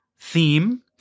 theme